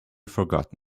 forgotten